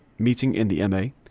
meetinginthema